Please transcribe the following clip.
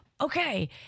okay